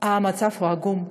והמצב הוא עגום.